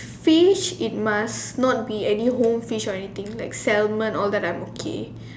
fish it must be not be any whole fish or anything like Salmon all that I'm okay